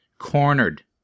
cornered